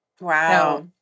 Wow